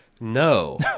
No